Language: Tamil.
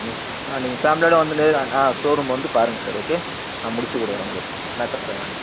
ம் ஆ ஆ நீங்கள் ஃபேம்லியோடு வந்துன்னு ஆ ஷோரூம் வந்து பாருங்கள் சார் ஓகே நான் முடித்துக் கொடுக்குறேன் உங்களுக்கு நான் காரை